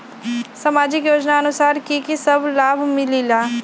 समाजिक योजनानुसार कि कि सब लाब मिलीला?